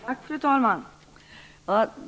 Fru talman!